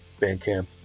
Bandcamp